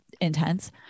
intense